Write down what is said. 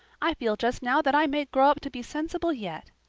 i feel just now that i may grow up to be sensible yet.